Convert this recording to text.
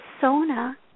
persona